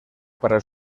para